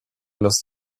los